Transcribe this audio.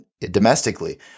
domestically